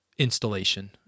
installation